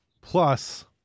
plus